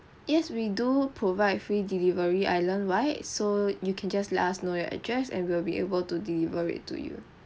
yes we do provide free delivery island wide so you can just let us know your address and will be able to deliver it to you